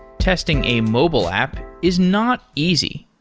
testing a mobile app is not easy.